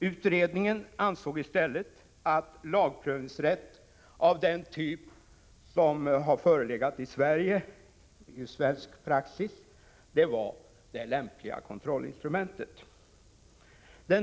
Utredningen ansåg i stället att lagprövningsrätt av den typ som har förelegat inom svensk rättspraxis var det lämpliga kontrollinstrumentet.